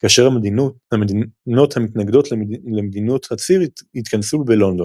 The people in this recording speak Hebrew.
כאשר המדינות המתנגדות למדינות הציר התכנסו בלונדון.